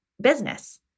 business